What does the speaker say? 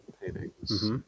paintings